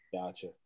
gotcha